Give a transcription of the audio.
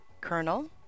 Colonel